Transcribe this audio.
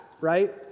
right